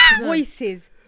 voices